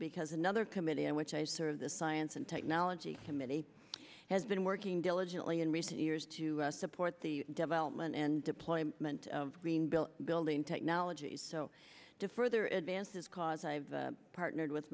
because another committee on which i serve the science and technology committee has been working diligently in recent years to support the development and deployment of greenville building technologies to further advances cause i've partnered with